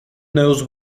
knows